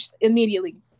immediately